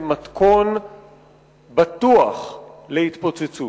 הם מתכון בטוח להתפוצצות.